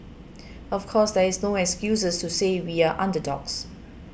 of course there is no excuses to say we are underdogs